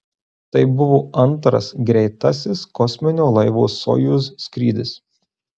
tai buvo antras greitasis kosminio laivo sojuz skrydis